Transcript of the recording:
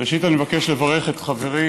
ראשית, אני מבקש לברך את חברי